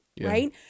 Right